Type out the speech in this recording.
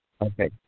Okay